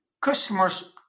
customers